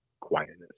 quietness